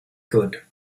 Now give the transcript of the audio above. good